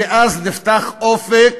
ואז נפתח אופק